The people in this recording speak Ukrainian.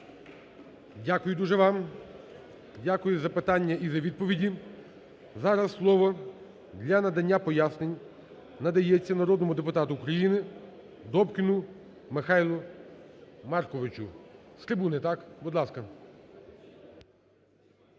Дякую дуже вам. Дякую за запитання і за відповіді. Зараз слово для надання пояснень надається народному депутату України Добкіну Михайлу Марковичу. З трибуни, так? Будь ласка.